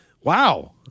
Wow